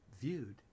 viewed